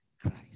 Christ